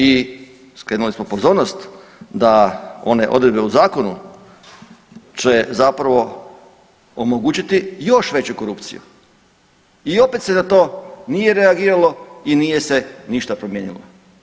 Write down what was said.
I skrenuli smo pozornost da one odredbe u zakonu će zapravo omogućiti još veću korupciju i opet se na to nije reagiralo i nije se ništa promijenilo.